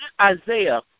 Isaiah